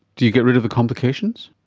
do you get rid of the complications?